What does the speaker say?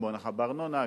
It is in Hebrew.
כמו הנחה בארנונה,